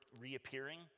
reappearing